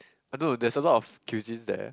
I know there's a lot of cuisines there